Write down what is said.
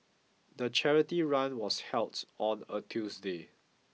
the charity run was held on a Tuesday